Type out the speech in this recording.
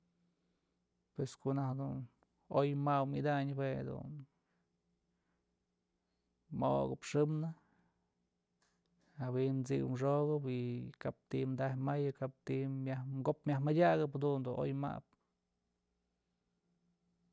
Pues ko'o naj dun oy maw idayn jue jedun ma'okep xëmnë jawi'in t'sip xokëp y kap ti'i taj mayëp kap ti'i myaj ko'op myaj madyakëp jadun dun oy mabë.